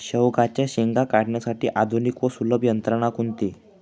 शेवग्याच्या शेंगा काढण्यासाठी आधुनिक व सुलभ यंत्रणा कोणती?